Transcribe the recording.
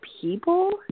people